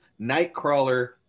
Nightcrawler